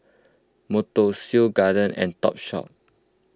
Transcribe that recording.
Monto Seoul Garden and Topshop